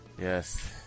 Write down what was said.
Yes